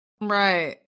Right